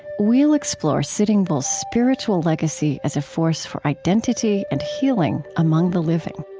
we'll explore sitting bull's spiritual legacy as a force for identity and healing among the living